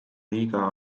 liiga